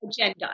agenda